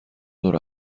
ظهر